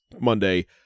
Monday